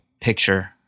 picture